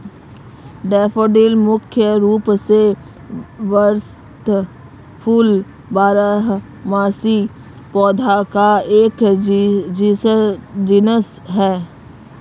daffodil मुख्य रूप से वसंत फूल बारहमासी पौधों का एक जीनस है